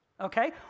Okay